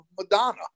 Madonna